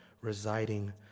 residing